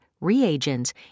reagents